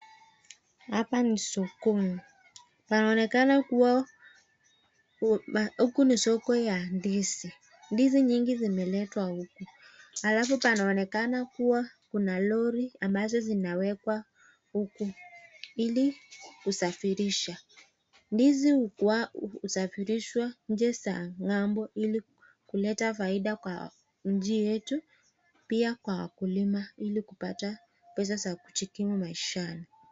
Hapa ni sokoni. Panaonekana kuwa huku ni soko ya ndizi. Ndizi nyingi zimeletwa huku. Alafu panaonekana kuna lori ambazo zinawekwa huku ilikusafirisha. Ndizi husafirishwa nje za ng'ambo ilikuleta faida kwa nchi yetu pia kwa wakulima ilikupata pesa za kujikimu maishani.